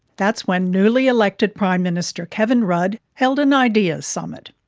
that's when newly elected prime minister kevin rudd held an ideas summit.